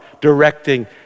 directing